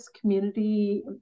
community